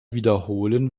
wiederholen